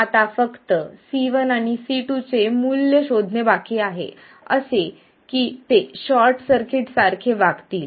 आता फक्त C1 आणि C2 चे मूल्य शोधणे बाकी आहे असे की ते शॉर्ट सर्किट्स सारखे वागतील